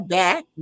back